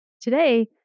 Today